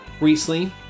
Riesling